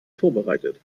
vorbereitet